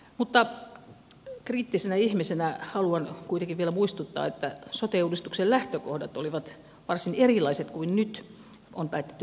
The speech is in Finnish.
mutta kriittisenä ihmisenä haluan kuitenkin vielä muistuttaa että sote uudistuksen lähtökohdat olivat varsin erilaiset kuin mitä nyt on päätetty tehdä